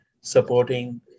supporting